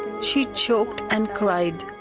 she choked and cried.